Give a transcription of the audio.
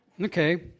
Okay